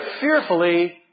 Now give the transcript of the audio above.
fearfully